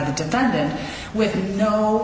the defendant with no